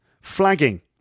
flagging